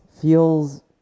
feels